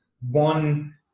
one